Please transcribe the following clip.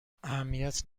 اهمیت